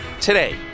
Today